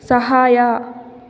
ಸಹಾಯ